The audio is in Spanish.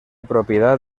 propiedad